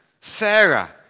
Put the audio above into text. Sarah